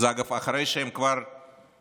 זה, אגב, אחרי שהם כבר ביצעו